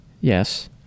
Yes